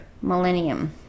millennium